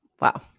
Wow